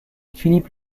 philippe